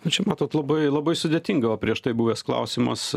nu čia matot labai labai sudėtinga va prieš tai buvęs klausimas